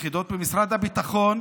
ביחידות במשרד הביטחון,